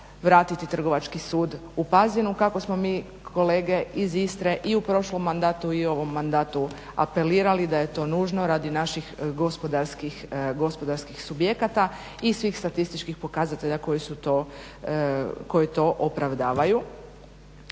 vratiti Trgovački sud u Pazin kako smo mi kolege iz Istre i u prošlom mandatu i u ovom mandatu apelirali da je to nužno radi naših gospodarskih subjekata i svih statističkih pokazatelja koji to opravdavaju.